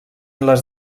les